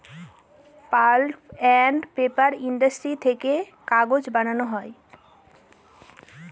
pulp and paper industry থেকে কাগজ বানানো হয়